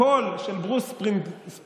הקול של ברוס ספרינגסטין,